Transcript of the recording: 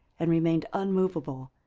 and remained unmoveable,